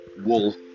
wool